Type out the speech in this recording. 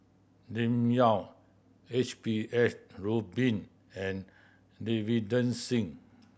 Lim Yau H P H Rubin and Davinder Singh